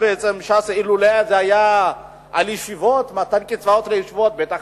אילו זה היה על ישיבות, מתן קצבאות לישיבות, בטח